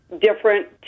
different